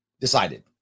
decided